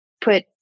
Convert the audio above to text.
put